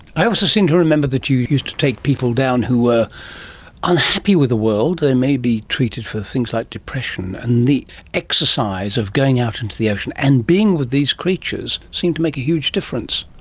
i also seem to remember that you used to take people down who were unhappy with the world, they may be treated for things like depression and the exercise of going out into the ocean and being with these creatures seemed to make a huge difference.